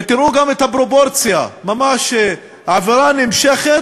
ותראו גם את הפרופורציה, ממש, העבירה נמשכת,